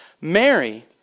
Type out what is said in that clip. Mary